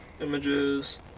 Images